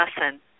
lesson